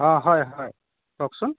অঁ হয় হয় কওকচোন